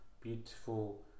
beautiful